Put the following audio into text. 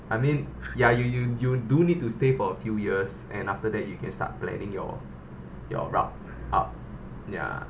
I mean ya you you you do need to stay for a few years and after that you can start planning your your route up ya